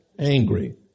angry